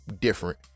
different